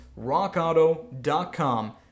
Rockauto.com